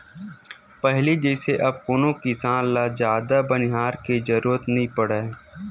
पहिली जइसे अब कोनो किसान ल जादा बनिहार के जरुरत नइ पड़य